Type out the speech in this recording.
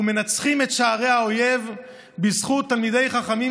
ומנצחים את שערי האויב בזכות תלמידי חכמים